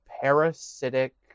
parasitic